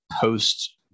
post